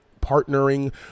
partnering